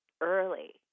early